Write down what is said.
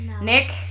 Nick